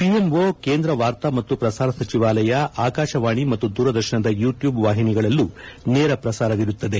PMO ಕೇಂದ್ರ ವಾರ್ತಾ ಮತ್ತು ಪ್ರಸಾರ ಸಚಿವಾಲಯ ಆಕಾಶವಾಣಿ ಮತ್ತು ದೂರದರ್ಶನದ ಯೂಟ್ಯೂಬ್ ವಾಹಿನಿಗಳಲ್ಲೂ ನೇರ ಪ್ರಸಾರವಿರುತ್ತದೆ